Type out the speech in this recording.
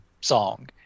song